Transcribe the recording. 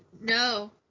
no